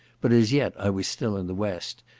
but as yet i was still in the west,